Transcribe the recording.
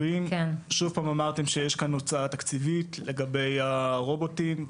אמרתם שיש כאן הוצאה תקציבית לגבי הרובוטים.